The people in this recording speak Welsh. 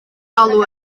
galw